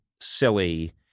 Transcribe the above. silly